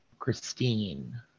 Christine